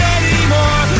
anymore